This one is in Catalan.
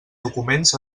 documents